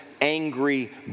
angry